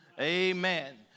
amen